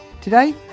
Today